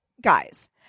guys